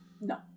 No